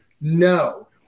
No